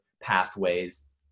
pathways